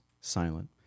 silent